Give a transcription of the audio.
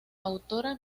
autora